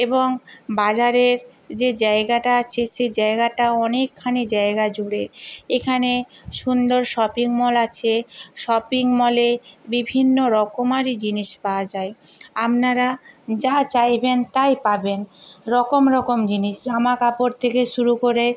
এবং বাজারের যে জায়গাটা আছে সেই জায়গাটা অনেকখানি জায়গা জুড়ে এখানে সুন্দর শপিং মল আছে শপিং মলে বিভিন্ন রকমারি জিনিস পাওয়া যায় আপনারা যা চাইবেন তাই পাবেন রকম রকম জিনিস জামা কাপড় থেকে শুরু করে